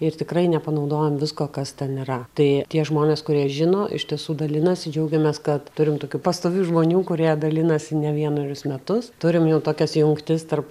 ir tikrai nepanaudojam visko kas ten yra tai tie žmonės kurie žino iš tiesų dalinasi džiaugiamės kad turim tokių pastovių žmonių kurie dalinasi ne vienerius metus turim jau tokias jungtis tarp